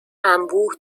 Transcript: انبوه